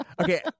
Okay